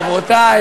חברותי,